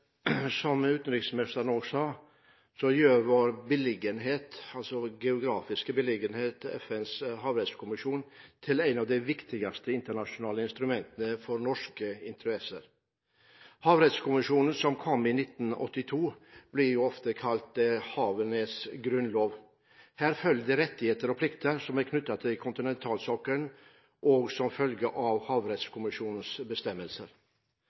Som utenriksministeren sa, gjør vår geografiske beliggenhet FNs havrettskommisjon til et av de viktigste internasjonale instrumentene for norske interesser. Havrettskommisjonen, som kom i 1982, blir ofte kalt havenes grunnlov. Her følger det rettigheter og plikter som er knyttet til kontinentalsokkelen, og som følge av havrettskommisjonens bestemmelser.